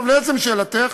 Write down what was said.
לעצם שאלתך,